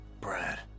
Brad